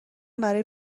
برای